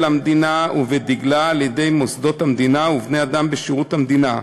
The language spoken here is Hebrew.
המדינה ובדגלה על-ידי מוסדות המדינה ובני-אדם בשירות המדינה.